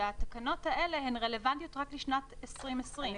שהתקנות האלה הן רלבנטיות רק לשנת 2020. אני